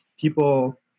people